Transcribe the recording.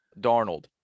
Darnold